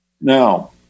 Now